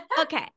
Okay